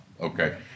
Okay